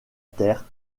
terre